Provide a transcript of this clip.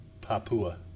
Papua